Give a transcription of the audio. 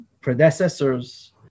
predecessors